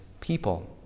people